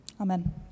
Amen